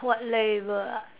what label ah